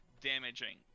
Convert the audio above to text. damaging